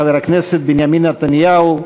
חבר הכנסת בנימין נתניהו,